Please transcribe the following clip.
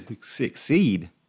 succeed